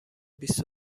بیست